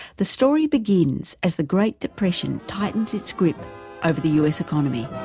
the story begins as the great depression tightens its grip over the us economy.